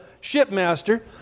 shipmaster